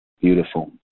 Beautiful